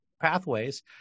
pathways